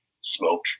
smoke